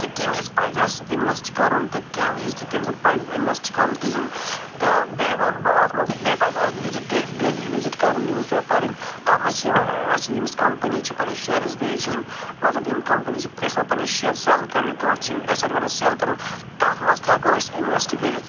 تہٕ کَمہِ وِزِ پَزِ اَسہِ اِنوٮ۪سٹ کرُن تہِ کَمہِ وِزِ تہٕ کَمہِ ساتہٕ پَزِ نہٕ اِنوٮ۪سٹ کرُن کِہینۍ تہٕ بیٚیہِ وَنہٕ بہ اَتھ منٛز بیٚیہِ پَزِ اَسہِ وِزِٹ ڈیلی ڈیلی وِزِٹ کرُن نِوٕز پیپَر پَرٕنۍ تتھ منٛز تہِ چھِ یِوان اَسہِ ییٚمِس کَمپٔنی چھِ پنٕنۍ شیرٕز بیجٕنۍ مطلب یِم کَمپٔنی چھِ یژھان پنٕنۍ شِیَر سٮ۪ل کرٕنۍ کانٛہہ چھِ یِم اٮ۪سٮ۪ٹ ونان سٮ۪ل کرُن تَتھ منٛز تہِ ہٮ۪کو أسۍ اِنوٮ۪سٹ کٔرِتھ